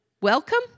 welcome